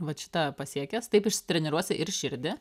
vat šitą pasiekęs taip išsitreniruosi ir širdį